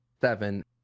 seven